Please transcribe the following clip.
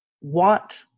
want